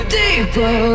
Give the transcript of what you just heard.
deeper